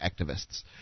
activists